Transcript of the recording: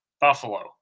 Buffalo